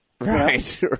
Right